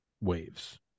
waves